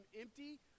empty